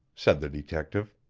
said the detective,